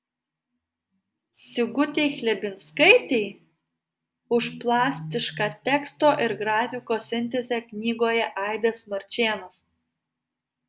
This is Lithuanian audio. sigutei chlebinskaitei už plastišką teksto ir grafikos sintezę knygoje aidas marčėnas